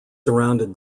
surrounded